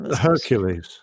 Hercules